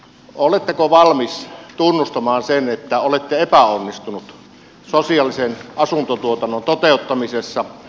oletteko valmis tunnustamaan sen että olette epäonnistunut sosiaalisen asuntotuotannon toteuttamisessa